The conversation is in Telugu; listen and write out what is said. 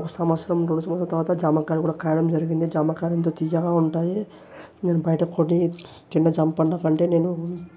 ఒక సంవత్సరం గడచిన తర్వాత జామకాయలు కూడా కాయడం జరిగింది జామకాయలంత తియ్యగా ఉంటాయి నేను బయట కొని తిన్న జామపండ్లకంటే నేను